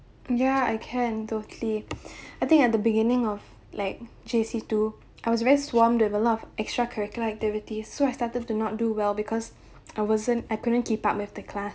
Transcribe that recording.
ya I can totally I think at the beginning of like J_C two I was very swarmed with a lot of extra curricular activity so I started to not do well because I wasn't I couldn't keep up with the class